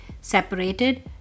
separated